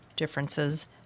differences